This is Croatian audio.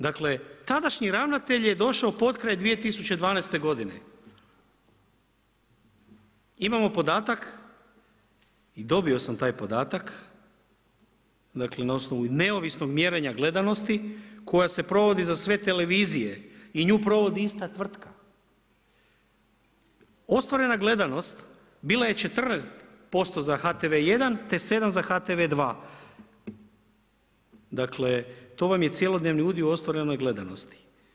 Dakle, tadašnji ravnatelj je došao potkraj 2012. godine, imamo podatak i dobio sam taj podatak dakle, na osnovu neovisnog mjerenja gledanosti koja se provodi za sve televizije i nju provodi ista tvrtka, ostvarena gledanost bila je 14% za HTV 1, te 7% za HTV 2. Dakle, to vam je cjelodnevni udio u ostvarenoj gledanosti.